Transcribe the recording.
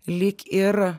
lyg ir